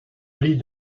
lis